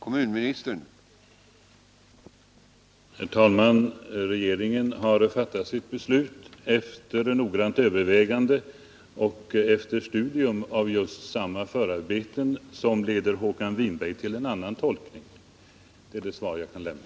Herr talman! Regeringen har fattat sitt beslut efter noggrant övervägande och efter studium av just samma förarbeten som leder Håkan Winberg till en annan tolkning. Det är det svar jag kan lämna.